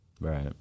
right